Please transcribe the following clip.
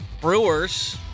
Brewers